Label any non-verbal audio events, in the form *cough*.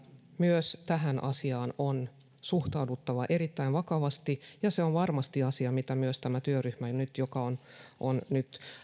myös tähän asiaan on suhtauduttava erittäin vakavasti ja se on varmasti asia mitä myös tämä työryhmä joka *unintelligible* nyt on